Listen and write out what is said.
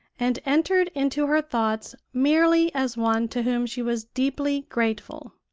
and entered into her thoughts merely as one to whom she was deeply grateful.